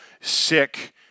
sick